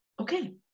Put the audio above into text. Okay